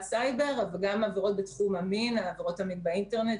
סייבר אבל גם עבירות מין באינטרנט.